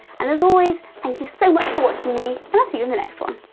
and as always, thank you so much for watching me, and i'll see you in the next one!